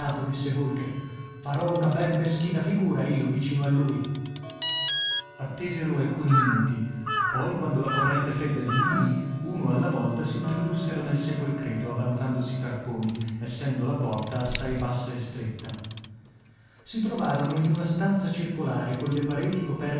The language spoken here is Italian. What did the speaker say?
disse holker farò una ben meschina figura io vicino a lui attesero alcuni minuti poi quando la corrente fredda diminuì uno alla volta s'introdussero nel sepolcreto avanzandosi carponi essendo la porta assai bassa e stretta si trovarono in una stanza circolare colle pareti